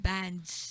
Bands